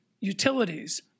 utilities